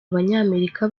abanyamerika